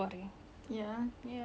kesihatan kesihatan is everything